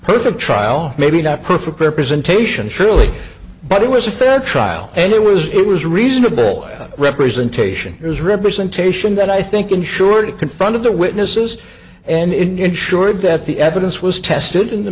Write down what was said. perfect trial maybe not perfectly representation surely but it was a fair trial and it was it was reasonable representation his representation that i think ensured confront of the witnesses and ensured that the evidence was tested in the